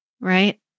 right